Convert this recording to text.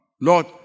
Lord